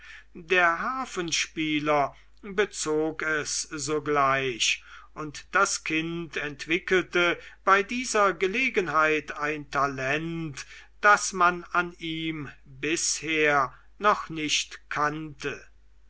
der harfenspieler bezog es sogleich und das kind entwickelte bei dieser gelegenheit ein talent das man an ihm bisher noch nicht kannte